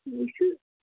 ٹھیٖک چھُ